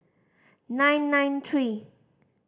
nine nine three